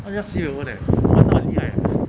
玩到 sibeh own 玩到很历害 leh